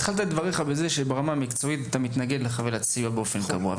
התחלת את דבריך בכך שברמה המקצועית אתה מתנגד לחבילת סיוע באופן קבוע.